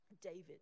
David